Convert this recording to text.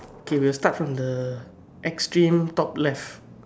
okay we will start from the extreme top left